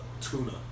Tuna